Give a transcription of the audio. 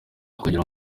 kugira